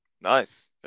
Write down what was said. Nice